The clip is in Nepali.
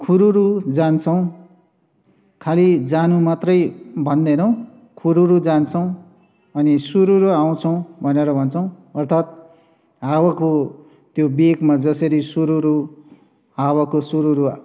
खुरुरु जान्छौँ खालि जानु मात्रै भन्दैनौँ खुरुरु जान्छौँ अनि सुरुरु आउँछौँ भनेर भन्छौँ अर्थात हावाको त्यो बेगमा जसरी सुरुरु हावाको सुरुरु